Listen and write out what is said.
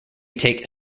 take